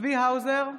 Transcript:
צבי האוזר,